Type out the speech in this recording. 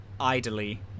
idly